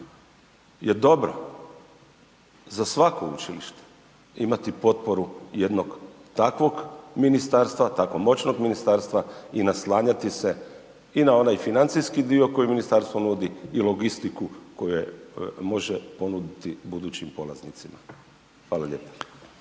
je dobro za svako učilište imati potporu jednog takvog ministarstva, tako moćnog ministarstva i naslanjati se i na onaj financijski dio koji ministarstvo nudi i logistiku koju može ponuditi budućim polaznicima. Hvala lijepa.